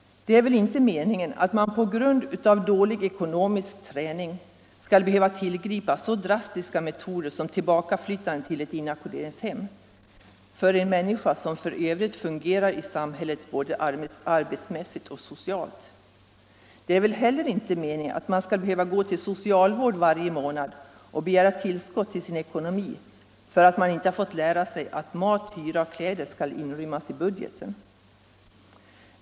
Det är väl inte meningen att en människa på grund av dålig ekonomisk träning skall behöva utsättas för så drastiska metoder som tillbakaflyttande till ett inackorderingshem, om man i övrigt fungerar i samhället både arbetsmässigt och socialt. Det är väl heller inte meningen att man skall behöva gå till socialvården varje månad och begära tillskott till sin ekonomi för att man inte fått lära sig att mat, hyra och kläder skall inrymmas i budgeten.